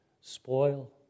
spoil